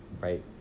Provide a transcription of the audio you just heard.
right